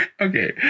Okay